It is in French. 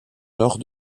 nord